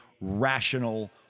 rational